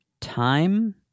time